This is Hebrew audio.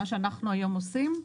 מה שאנחנו היום עושים,